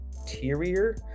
interior